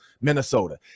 Minnesota